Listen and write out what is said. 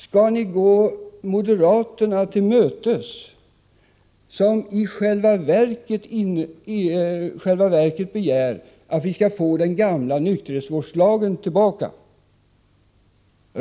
Skall ni gå moderaterna till mötes, som i själva verket begär att vi rätt upp och ned skall få den gamla nykterhetsvårdslagen tillbaka?